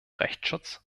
rechtsschutz